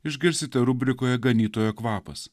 išgirsite rubrikoje ganytojo kvapas